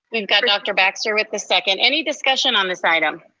we've got dr. baxter with the second. any discussion on this item?